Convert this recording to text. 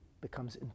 becomes